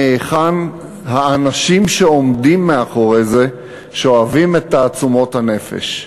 מהיכן האנשים שעומדים מאחורי זה שואבים את תעצומות הנפש.